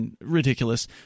ridiculous